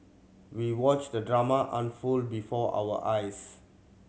we watched the drama unfold before our eyes